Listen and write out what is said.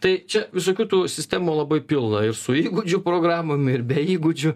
tai čia visokių tų sistemų labai pilna ir su įgūdžių programom ir be įgūdžių